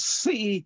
see